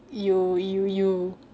you you you